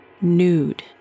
Nude